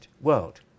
world